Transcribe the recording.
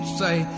say